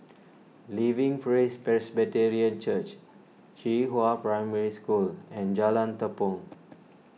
Living Praise Presbyterian Church Qihua Primary School and Jalan Tepong